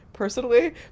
personally